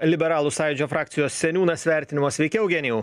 liberalų sąjūdžio frakcijos seniūnas vertinimas sveiki eugenijau